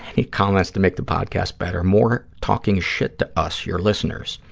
any comments to make the podcast better? more talking shit to us, your listeners.